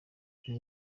ati